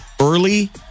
early